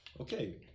okay